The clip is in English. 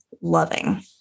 loving